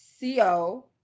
CO